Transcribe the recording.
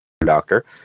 Doctor